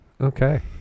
Okay